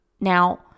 Now